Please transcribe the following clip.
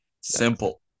simple